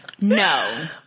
No